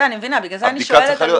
הבדיקה צריכה להיות -- בסדר,